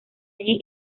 allí